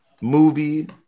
movie